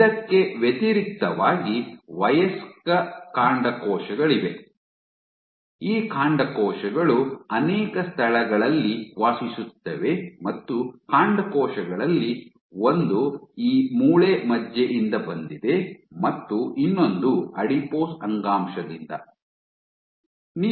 ಇದಕ್ಕೆ ವ್ಯತಿರಿಕ್ತವಾಗಿ ವಯಸ್ಕರ ಕಾಂಡಕೋಶಗಳಿವೆ ಈ ಕಾಂಡಕೋಶಗಳು ಅನೇಕ ಸ್ಥಳಗಳಲ್ಲಿ ವಾಸಿಸುತ್ತವೆ ಮತ್ತು ಕಾಂಡಕೋಶಗಳಲ್ಲಿ ಒಂದು ಈ ಮೂಳೆ ಮಜ್ಜೆಯಿಂದ ಬಂದಿದೆ ಮತ್ತು ಇನ್ನೊಂದು ಅಡಿಪೋಸ್ ಅಂಗಾಂಶದಿಂದ ಬಂದಿದೆ